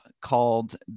called